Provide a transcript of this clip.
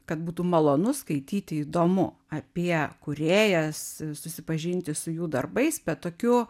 kad būtų malonu skaityti įdomu apie kūrėjas susipažinti su jų darbais bet tokiu